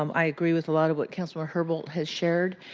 um i agree with a lot of what councilmember herbold has shared,